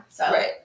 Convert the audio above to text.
Right